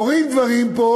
קורים דברים פה.